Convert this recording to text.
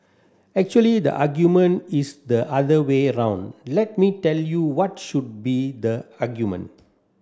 actually the argument is the other way round let me tell you what should be the argument